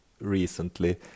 recently